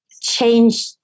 change